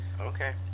Okay